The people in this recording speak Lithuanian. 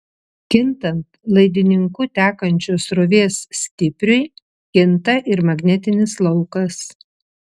kintant laidininku tekančios srovės stipriui kinta ir magnetinis laukas